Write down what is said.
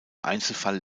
einzelfall